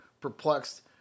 perplexed